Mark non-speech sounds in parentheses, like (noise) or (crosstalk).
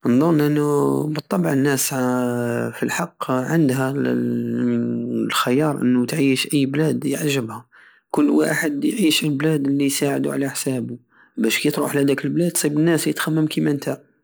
انضن انو بالطبع الناس (hesitation) فالحق عندها (hesitation) الخيار انو تعيش اي بلاد يجبها كل واحد يعيش وين بلاد الي يساعدو على حسابو بش كي تروح لهاداك البلاد تصيب ناس الي تخمم كيما نتا